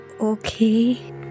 Okay